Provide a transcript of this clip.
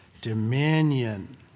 dominion